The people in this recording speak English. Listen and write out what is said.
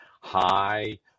high